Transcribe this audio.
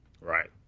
right